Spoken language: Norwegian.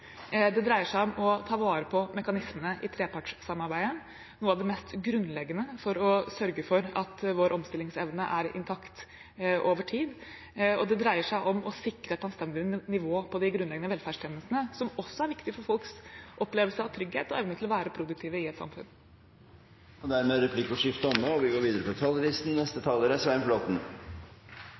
Det dreier seg om å ta vare på mekanismene i trepartssamarbeidet, noe av det mest grunnleggende for å sørge for at vår omstillingsevne er intakt over tid. Og det dreier seg om å sikre et anstendig nivå på de grunnleggende velferdstjenestene, som også er viktig for folks opplevelse av trygghet og evne til å være produktive i et samfunn. Replikkordskiftet er omme. Budsjettet for 2015, som vi